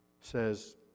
says